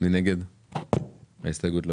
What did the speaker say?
קבלת ההסתייגות?